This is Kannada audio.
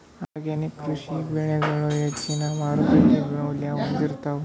ಆರ್ಗ್ಯಾನಿಕ್ ಕೃಷಿ ಬೆಳಿಗಳು ಹೆಚ್ಚಿನ್ ಮಾರುಕಟ್ಟಿ ಮೌಲ್ಯ ಹೊಂದಿರುತ್ತಾವ